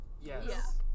Yes